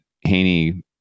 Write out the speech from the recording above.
Haney